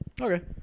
Okay